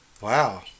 Wow